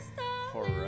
horror